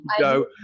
go